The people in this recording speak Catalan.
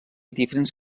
diferents